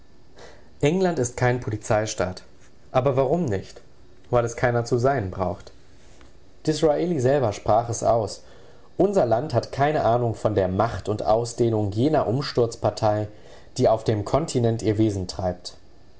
england ist kein polizeistaat aber warum nicht weil es keiner zu sein braucht disraeli selber sprach es aus unser land hat keine ahnung von der macht und ausdehnung jener umsturzpartei die auf dem kontinent ihr wesen treibt